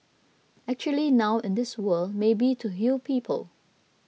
actually now in this world maybe to heal people